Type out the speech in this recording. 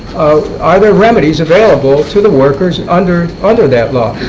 are there remedies available to the workers under under that law?